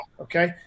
okay